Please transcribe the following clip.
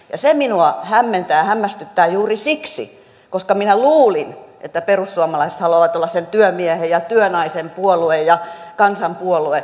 se minua hämmentää ja hämmästyttää juuri siksi että minä luulin että perussuomalaiset haluavat olla sen työmiehen ja työnaisen puolue ja kansanpuolue